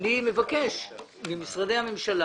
אני מבקש ממשרדי הממשלה,